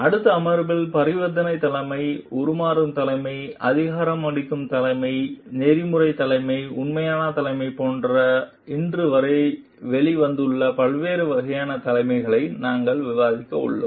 அடுத்த அமர்வில் பரிவர்த்தனை தலைமை உருமாறும் தலைமை அதிகாரம் அளிக்கும் தலைமை நெறிமுறை தலைமை உண்மையான தலைமை போன்ற இன்றுவரை வெளிவந்துள்ள பல்வேறு வகையான தலைமைகளை நாங்கள் விவாதிக்க உள்ளோம்